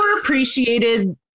appreciated